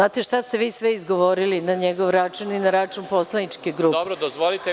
Znate šta ste vi sve izgovorili na njegov račun i na račun poslaničke grupe?